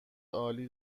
عالی